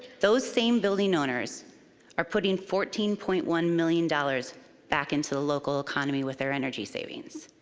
those same building owners are putting fourteen point one million dollars back into the local economy with their energy savings.